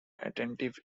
attentive